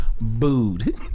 booed